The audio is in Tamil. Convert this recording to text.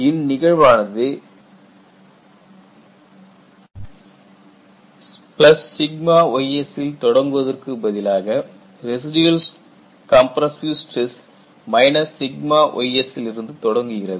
இந்நிகழ்வானது 𝜎ys ல் தொடங்குவதற்கு பதிலாக ரெசிடியல் கம்ப்ரஸ்ஸிவ் ஸ்டிரஸ் சின் 𝜎ys லிருந்து தொடங்குகிறது